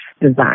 design